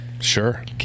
Sure